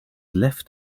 left